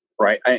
right